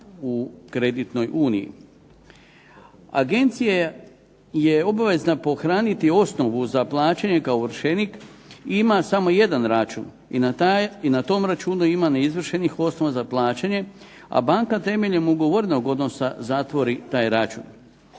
u Europskoj uniji. Agencija je obavezna pohraniti osnovu za plaćanje kao ovršenik i ima samo jedan račun i na tom računu ima neizvršenih osnova za plaćanje, a banka temeljem ugovorenog odnosa zatvori taj račun.